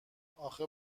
آخه